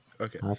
Okay